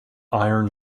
iron